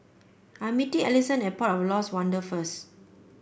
I am meeting Alisson at Port of Lost Wonder first